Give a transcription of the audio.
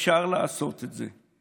אפשר לעשות את זה.